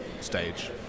stage